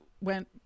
went